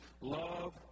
Love